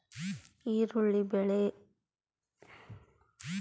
ಈರುಳ್ಳಿ ಬೆಳೆಯಲ್ಲಿ ಬರುವ ತಿರಣಿ ರೋಗವನ್ನು ಹತೋಟಿಗೆ ತರಲು ರೆಡ್ ಡೈಮಂಡ್ ಪೌಡರ್ ಹಾಕಬಹುದೇ?